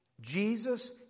Jesus